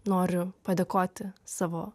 noriu padėkoti savo